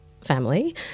family